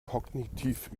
kognitiv